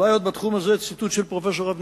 ואולי עוד בתחום הזה, ציטוט של פרופסור אבנימלך: